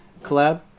collab